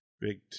big